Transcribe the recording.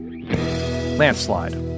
Landslide